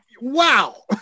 wow